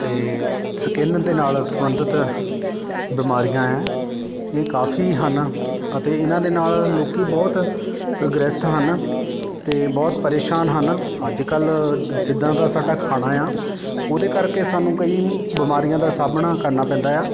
ਅਤੇ ਸਕਿੰਨ ਦੇ ਨਾਲ ਸੰਬੰਧਿਤ ਬਿਮਾਰੀਆਂ ਆ ਇਹ ਕਾਫੀ ਹਨ ਅਤੇ ਇਹਨਾਂ ਦੇ ਨਾਲ ਲੋਕ ਬਹੁਤ ਗ੍ਰਸਤ ਹਨ ਅਤੇ ਬਹੁਤ ਪਰੇਸ਼ਾਨ ਹਨ ਅੱਜ ਕੱਲ੍ਹ ਜਿੱਦਾਂ ਦਾ ਸਾਡਾ ਖਾਣਾ ਆ ਉਹਦੇ ਕਰਕੇ ਸਾਨੂੰ ਕਈ ਬਿਮਾਰੀਆਂ ਦਾ ਸਾਹਮਣਾ ਕਰਨਾ ਪੈਂਦਾ ਆ